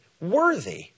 worthy